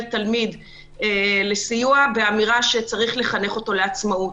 תלמיד לסיוע באמירה שצריך לחנכו לעצמאות.